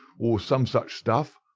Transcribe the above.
or some such stuff.